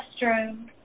restroom